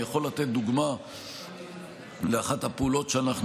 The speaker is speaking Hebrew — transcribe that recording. אני יכול לתת דוגמה לאחת הפעולות שאנחנו